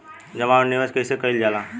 जमा और निवेश कइसे कइल जाला?